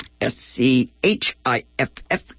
S-C-H-I-F-F